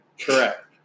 Correct